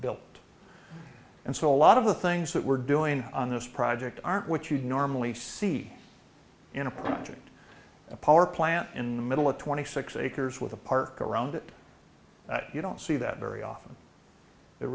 build and so a lot of the things that we're doing on this project aren't what you'd normally see in a project a power plant in the middle of twenty six acres with a park around it you don't see that very often the